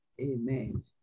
Amen